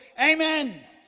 Amen